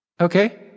Okay